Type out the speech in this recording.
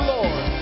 Lord